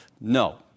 No